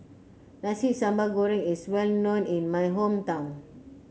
Nasi Sambal Goreng is well known in my hometown